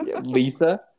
Lisa